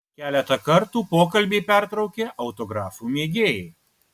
keletą kartų pokalbį pertraukė autografų mėgėjai